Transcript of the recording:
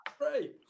Great